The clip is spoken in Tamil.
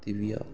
திவ்யா